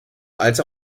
als